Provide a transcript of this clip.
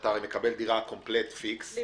שאתה מקבל דירה קומפלט פיקס לפי